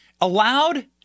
allowed